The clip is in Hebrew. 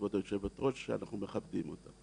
כבוד יושבת הראש שאנחנו מכבדים אותה.